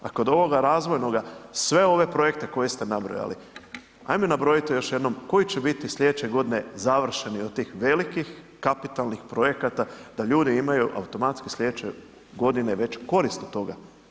A kod ovoga razvojnoga, sve ove projekte koje ste nabrojali, ajmi nabrojite još jednom koji će biti sljedeće godine završeni od tih velikih kapitalnih projekata da ljudi imaju automatski sljedeće godine veću korist od toga?